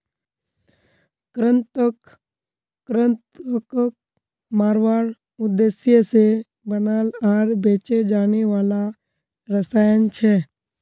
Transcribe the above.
कृंतक कृन्तकक मारवार उद्देश्य से बनाल आर बेचे जाने वाला रसायन छे